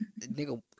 nigga